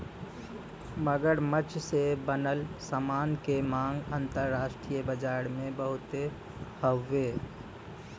मगरमच्छ से बनल सामान के मांग अंतरराष्ट्रीय बाजार में बहुते हउवे